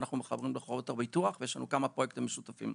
אנחנו מחוברים לחברות הביטוח ויש לנו כמה פרויקטים משותפים,